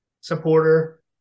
supporter